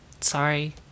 Sorry